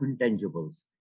intangibles